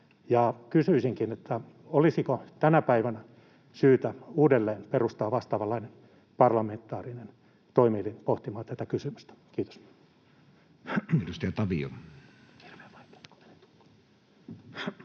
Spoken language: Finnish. Kysyisinkin: olisiko tänä päivänä syytä uudelleen perustaa vastaavanlainen parlamentaarinen toimielin pohtimaan tätä kysymystä? — Kiitos.